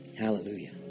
Hallelujah